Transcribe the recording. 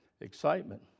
excitement